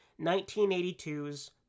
1982's